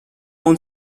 اون